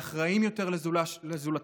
לאחראים יותר לזולתם.